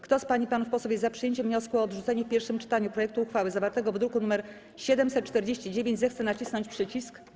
Kto z pań i panów posłów jest za przyjęciem wniosku o odrzucenie w pierwszym czytaniu projektu uchwały zawartego w druku nr 749, zechce nacisnąć przycisk.